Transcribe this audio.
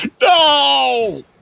No